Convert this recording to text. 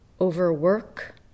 overwork